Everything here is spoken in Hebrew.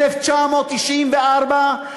1994,